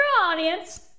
audience